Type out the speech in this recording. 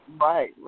Right